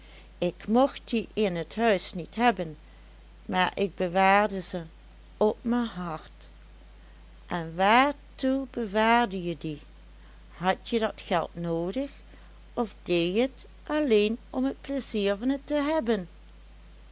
ik mocht die in t huis niet hebben maar ik bewaarde ze op me hart en waartoe bewaarde je die hadje dat geld noodig of deeje t alleen om t pleizier van het te hebben